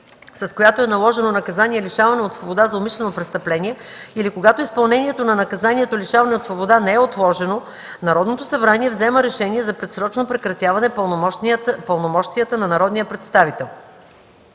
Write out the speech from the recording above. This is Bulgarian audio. с която е наложено наказание лишаване от свобода за умишлено престъпление, или когато изпълнението на наказанието лишаване от свобода не е отложено, Народното събрание взема решение за предсрочно прекратяване пълномощията на народния представител.